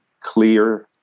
clear